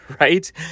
right